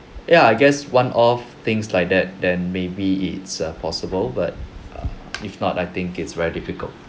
ya I guess one off things like that then maybe it's uh possible but err if not I think it's very difficult